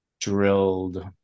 drilled